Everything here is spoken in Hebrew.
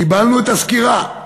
קיבלנו את הסקירה.